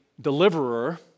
deliverer